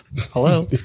Hello